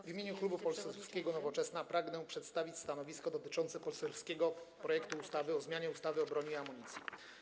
W imieniu Klubu Poselskiego Nowoczesna pragnę przedstawić stanowisko dotyczące poselskiego projektu ustawy o zmianie ustawy o broni i amunicji.